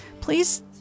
please